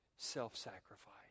Self-sacrifice